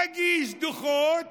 תגיש דוחות,